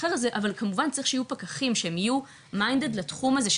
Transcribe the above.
אבל כמובן צריך שיהיו פקחים שהם יהיו מיועדים לתחום הזה,